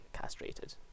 castrated